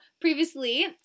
previously